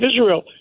Israel